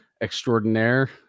extraordinaire